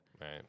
Right